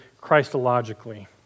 Christologically